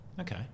Okay